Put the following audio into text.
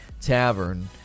tavern